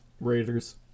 Raiders